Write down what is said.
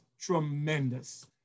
tremendous